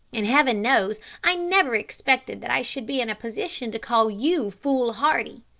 and heaven knows, i never expected that i should be in a position to call you foolhardy.